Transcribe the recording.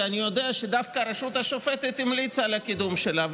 כי אני יודע שדווקא הרשות השופטת המליצה על הקידום שלה,